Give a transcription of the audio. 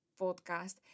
podcast